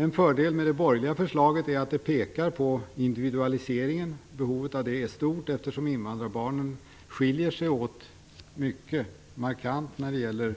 En fördel med det borgerliga förslaget är att det pekar på individualiseringen. Behovet av det är stort eftersom invandrarbarnen skiljer sig åt mycket markant när det gäller